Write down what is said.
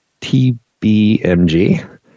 TBMG